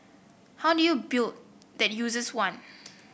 how do you build that users want